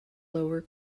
lower